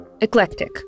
eclectic